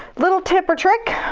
little tip or trick.